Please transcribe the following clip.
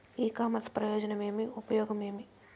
ఇ commerce ప్రయోజనం ఏమి? ఉపయోగం ఏమి?